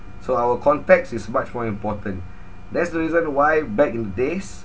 so our context is much more important that's the reason why back in the days